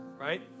right